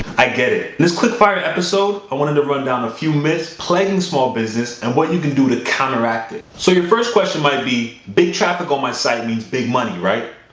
i get it. in this quick fire episode, i wanted to run down a few myths plaguing small business and what you can do to counteract it. so your first question might be, big traffic on my site means big money, right?